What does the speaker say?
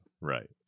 right